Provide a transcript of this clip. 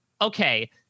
okay